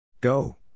Go